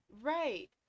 Right